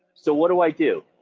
so what do i do?